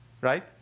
right